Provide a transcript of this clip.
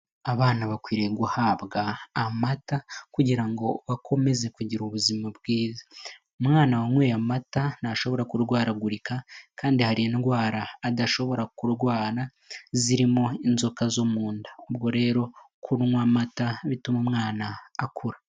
Abana bakwiriye guhabwa amata kugira ngo bakomeze kugira ubuzima bwiza, umwana wanyweye amata ntashobora kurwaragurika kandi hari indwara adashobora kurwara, zirimo inzoka zo mu nda, ubwo rero kunywa amata bituma umwana akura.